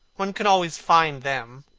one can always find them.